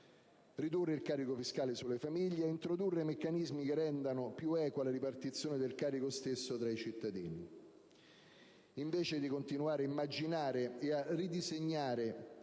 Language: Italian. ridurre il carico fiscale sulle famiglie e introdurre meccanismi che rendano più equa la ripartizione del carico stesso tra i cittadini.